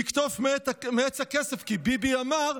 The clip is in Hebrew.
נקטוף מעץ הכסף, כי ביבי אמר: